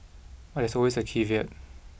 but there's always a caveat